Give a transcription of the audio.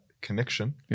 connection